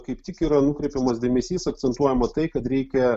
kaip tik yra nukreipiamas dėmesys akcentuojama tai kad reikia